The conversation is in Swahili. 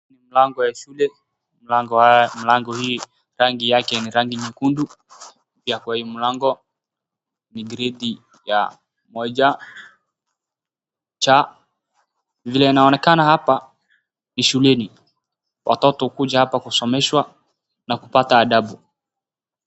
Ni mlango wa shule, mlango hii rangi yake ni rangi nyekundu. Pia kwa hii mlango ni gredi ya moja C. Vile inaonekana hapa ni shuleni, watoto hukuja hapa kusomeshwa na kupata adabu.